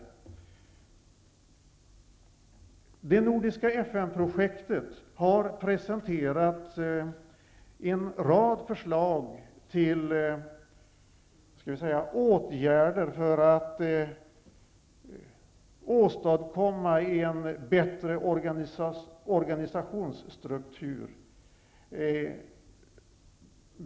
Inom det nordiska FN-projektet har man presenterat en rad förslag till åtgärder för att åstadkomma en bättre organisationsstruktur.